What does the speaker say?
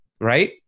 right